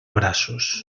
braços